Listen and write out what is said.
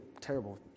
terrible